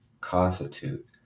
constitute